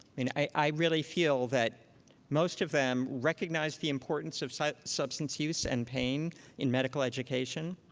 i mean, i really feel that most of them recognize the importance of so substance use and pain in medical education.